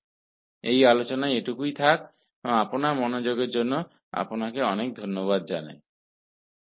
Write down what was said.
तो इस लेक्चर के लिए बस इतना ही और ध्यान देने के लिए मैं आपको धन्यवाद देता हूं